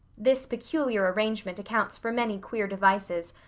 this peculiar arrangement accounts for many queer devices,